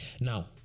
Now